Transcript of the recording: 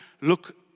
look